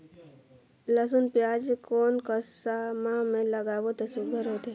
लसुन पियाज कोन सा माह म लागाबो त सुघ्घर होथे?